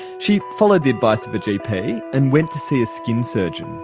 she followed the advice of a gp and went to see a skin surgeon.